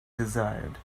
desired